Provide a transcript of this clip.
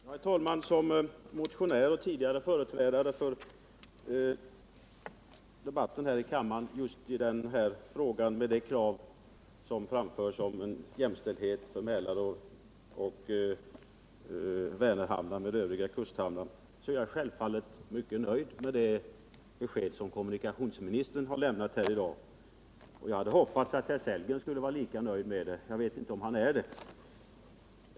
Herr talman! Som motionär och under debatten här i kammaren företrädare för de krav som i en socialdemokratisk reservation framförs om jämställdhet för Mälaroch Vänerhamnarna med kusthamnarna är jag självfallet mycket nöjd med det besked som kommunikationsministern lämnat. Jag hade hoppats att herr Sellgren också skulle vara nöjd med beskedet — jag vet inte om han är det.